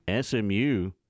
SMU